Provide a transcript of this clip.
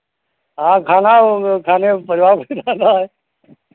हाँ खाना खाने बाज़ार से लाना है